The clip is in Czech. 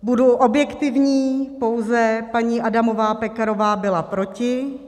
Budu objektivní, pouze paní Adamová Pekarová byla proti.